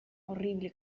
horrible